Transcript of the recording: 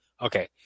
Okay